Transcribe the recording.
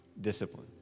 Discipline